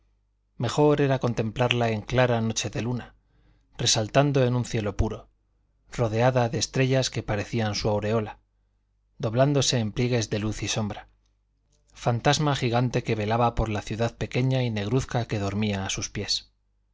mejor era contemplarla en clara noche de luna resaltando en un cielo puro rodeada de estrellas que parecían su aureola doblándose en pliegues de luz y sombra fantasma gigante que velaba por la ciudad pequeña y negruzca que dormía a sus pies